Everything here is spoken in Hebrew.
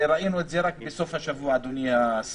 וראינו את זה רק בסוף השבוע, אדוני השר